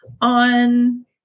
on